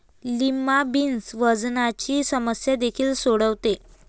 lima beans वजनाची समस्या देखील सोडवते